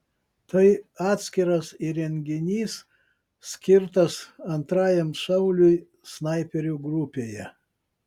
tai atskiras įrenginys skirtas antrajam šauliui snaiperių grupėje